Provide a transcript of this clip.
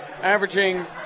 averaging